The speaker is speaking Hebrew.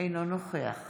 אינו נוכח